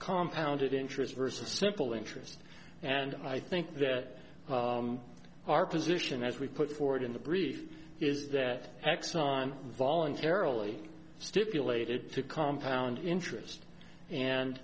compound interest versus simple interest and i think that our position as we put forward in the brief is that exxon voluntarily stipulated to compound interest and